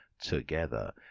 together